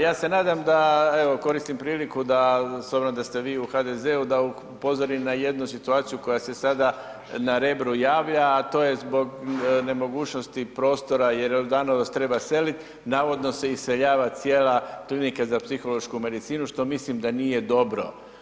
Ja se nadam da evo koristim priliku da, s obzirom da ste vi u HDZ-u, da upozori na jednu situaciju koja se sada na Rebru javlja, a to je zbog nemogućnosti prostora jer Jordanovac treba selit, navodno se iseljava cijela Klinika za psihološku medicinu što mislim da nije dobro.